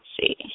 see